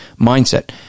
mindset